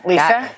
Lisa